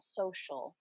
social